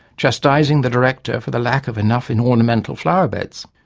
chastising the director for the lack of enough in ornamental flowerbeds.